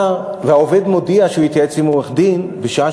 "העובד מודיע שהוא התייעץ עם עורך-דין" בשעה